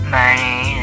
money